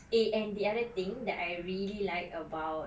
eh and the other thing that I really like about